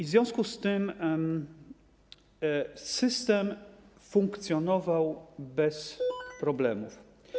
W związku z tym system funkcjonował bez problemów.